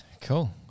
Cool